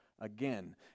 again